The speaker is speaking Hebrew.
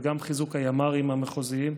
וגם חיזוק הימ"רים המחוזיים,